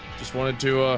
just wanted to, ah.